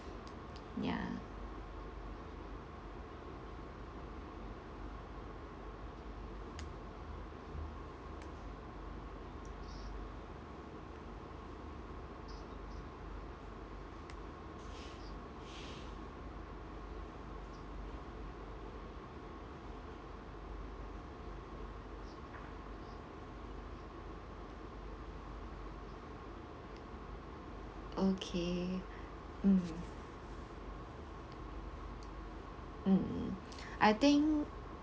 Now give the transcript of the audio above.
ya okay mm mm I think